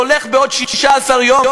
הוא הולך בעוד 16 יום,